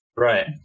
Right